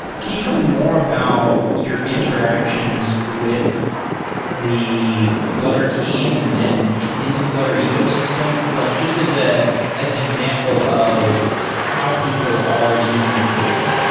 can you tell me more about your interactions with the flutter team and and in in the flutter ecosystem, like just as ah as an example of how people are using your tooling